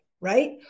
right